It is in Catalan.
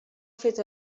fet